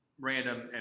random